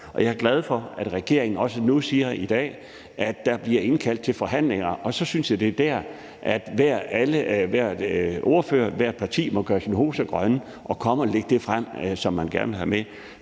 jeg er glad for, at regeringen også nu i dag siger, at der bliver indkaldt til forhandlinger. Og så synes jeg, at hver ordfører, hvert parti må gøre sine hoser grønne og komme og lægge det frem, som man gerne vil have med.